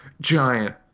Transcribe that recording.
giant